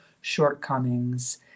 shortcomings